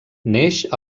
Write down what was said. neix